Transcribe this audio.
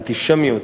אנטישמיות,